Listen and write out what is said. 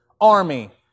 army